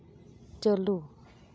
ᱪᱟᱹᱞᱩ